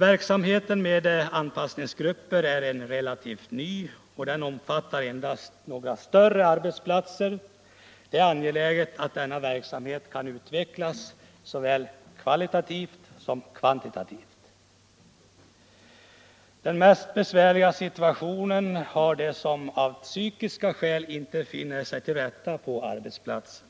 Verksamheten med anpassningsgrupper är relativt ny, och den omfattar endast några av de större arbetsplatserna. Det är angeläget att denna verksamhet kan utvecklas såväl kvalitativt som kvantitativt. | Den mest besvärliga situationen har de som av psykiska skäl inte finner sig till rätta på arbetsplatsen.